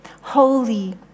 Holy